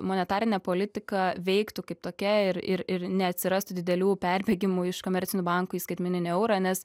monetarinė politika veiktų kaip tokia ir ir ir neatsirastų didelių perbėgimų iš komercinių bankų į skaitmeninį eurą nes